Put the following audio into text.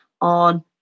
on